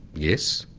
yes.